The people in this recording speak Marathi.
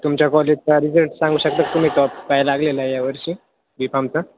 तुमच्या कॉलेजचा रिजल्ट सांगू शकता तुम्ही टॉप काय लागलेला आहे यावर्षी बी फॉमचा